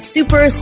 Super